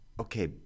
okay